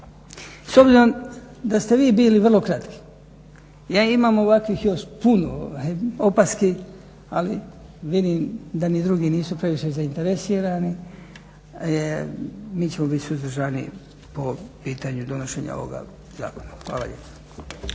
S obzirom da ste vi bili vrlo kratki, ja imam ovakvih još puno opaski, ali vidim da ni drugi nisu previše zainteresirani, mi ćemo biti suzdržani po pitanju donošenja ovoga zakona. Hvala lijepa.